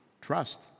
Trust